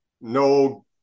No